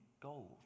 gold